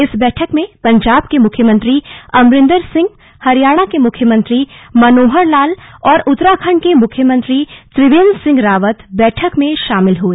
इस बैठक में पजांब के मुख्यमंत्री अमरिंदर सिंह हरियाणा के मुख्यमंत्री मनोहर लाल और उत्तराखंड के मुख्यमंत्री त्रिवेंद्र सिंह रावत बैठक में शामिल हुए